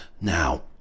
Now